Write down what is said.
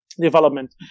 Development